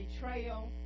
betrayal